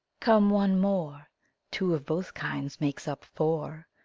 come one more two of both kinds makes up four.